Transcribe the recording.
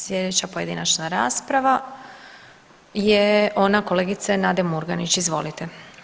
Slijedeća pojedinačna rasprava je ona kolegice Nade Murganić, izvolite.